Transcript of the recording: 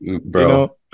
bro